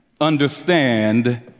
understand